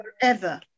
forever